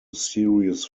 serious